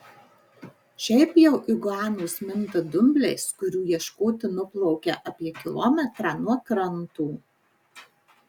šiaip jau iguanos minta dumbliais kurių ieškoti nuplaukia apie kilometrą nuo kranto